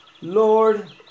Lord